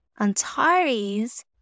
Antares